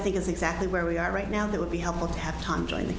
think is exactly where we are right now that would be helpful to have time join the